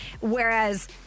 Whereas